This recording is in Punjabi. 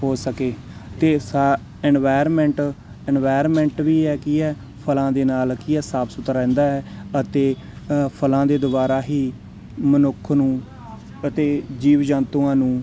ਹੋ ਸਕੇ ਅਤੇ ਸਾ ਇਨਵਾਇਰਮੈਂਟ ਇਨਵਾਇਰਮੈਂਟ ਵੀ ਹੈ ਕੀ ਹੈ ਫ਼ਲਾਂ ਦੇ ਨਾਲ ਕੀ ਹੈ ਸਾਫ਼ ਸੁਥਰਾ ਰਹਿੰਦਾ ਹੈ ਅਤੇ ਅ ਫ਼ਲਾਂ ਦੇ ਦੁਆਰਾ ਹੀ ਮਨੁੱਖ ਨੂੰ ਅਤੇ ਜੀਵ ਜੰਤੂਆਂ ਨੂੰ